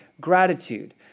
gratitude